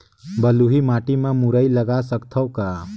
बलुही माटी मे मुरई लगा सकथव का?